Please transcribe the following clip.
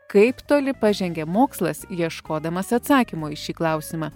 kaip toli pažengė mokslas ieškodamas atsakymo į šį klausimą